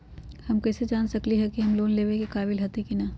हम कईसे जान सकली ह कि हम लोन लेवे के काबिल हती कि न?